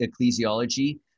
Ecclesiology